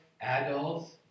adults